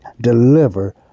deliver